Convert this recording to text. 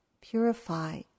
purify